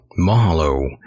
Mahalo